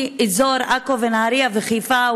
נהריה וחיפה,